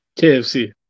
KFC